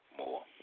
more